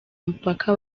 mupaka